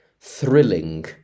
thrilling